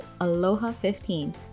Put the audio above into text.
ALOHA15